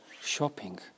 shopping